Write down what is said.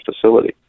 facility